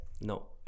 No